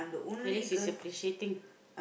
at least he's appreciating